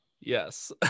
Yes